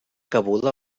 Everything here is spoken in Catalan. cabuda